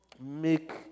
make